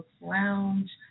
Lounge